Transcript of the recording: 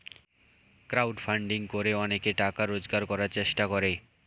crowd funding করে অনেকে টাকা রোজগার করার চেষ্টা করে